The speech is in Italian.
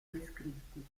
descritti